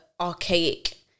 archaic